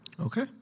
Okay